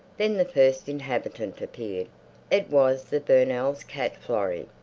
then the first inhabitant appeared it was the burnells' cat florrie,